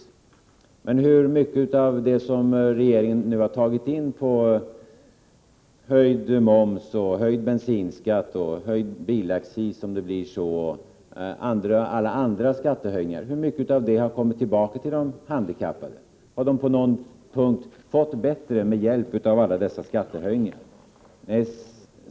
Men hur mycket av det som regeringen nu har tagit in på höjd moms, höjd bensinskatt, höjd bilaccis — om vi nu får en sådan — och alla andra skattehöjningar har kommit tillbaka till de handikappade? Har de på någon punkt fått det bättre med hjälp av alla dessa skattehöjningar.